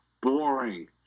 boring